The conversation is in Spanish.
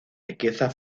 riqueza